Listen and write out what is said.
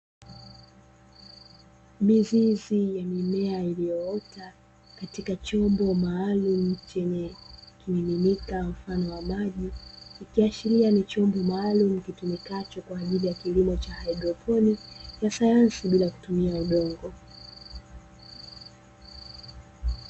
Mizizi ya mimea iliyoota katika chombo maalumu, chenye kimiminika mfano wa maji kikiashiria ni chombo maalumu kitumikacho kwaajili ya kilimo cha haidroponi, na sayansi bila kutumia udongo.